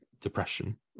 depression